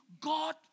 God